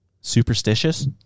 superstitious